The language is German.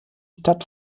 stadt